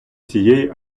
тієї